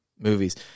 movies